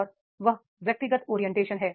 और वह व्यक्तिगत ओरियंटेशन है